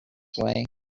way